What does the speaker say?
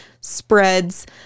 spreads